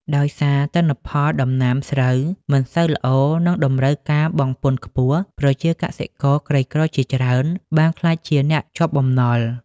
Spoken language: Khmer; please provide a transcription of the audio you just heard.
ដោយសារទិន្នផលដំណាំស្រូវមិនសូវល្អ និងតម្រូវការបង់ពន្ធខ្ពស់ ប្រជាកសិករក្រីក្រជាច្រើនបានក្លាយជាអ្នកជាប់បំណុល។